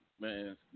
Man